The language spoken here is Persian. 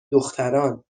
دختران